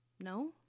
No